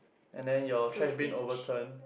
and then your trash bin overturn